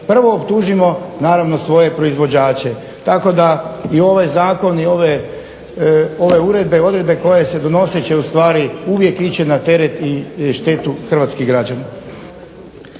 Prvo optužimo naravno svoje proizvođače. Tako da je ovaj zakon i ove uredbe odredbe koje se donose će ustvari uvije ići na teret i štetu hrvatskih građana.